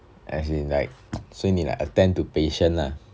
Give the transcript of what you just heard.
as in like 所以你 like attend to patient lah